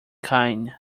kine